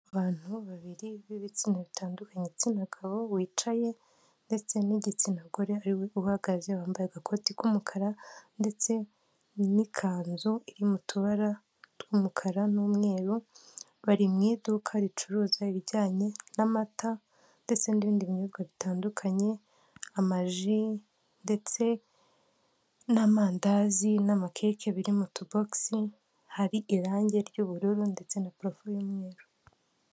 Abantu babiri b'ibitsina bitandukanye, igitsina gabo wicaye ndetse n'igitsina gore uhagaze wambaye agakoti k'umukara ndetse n'ikanzu iri mu tubara tw'umukara n'umweru, bari mu iduka ricuruza ibijyanye n'amata, ndetse n'ibindi binyobwa bitandukanye, amaji ndetse n'amandazi n'amakeke, biri mu tubogisi, hari irangi ry'ubururu ndetse na purafo y'umweru.